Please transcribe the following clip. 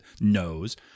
knows